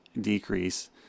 decrease